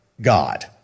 God